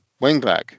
wingback